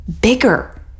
bigger